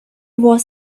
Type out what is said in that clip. was